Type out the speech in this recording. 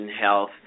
health